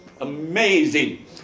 amazing